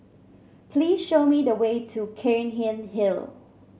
please show me the way to Cairnhill Hill